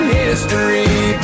history